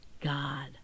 god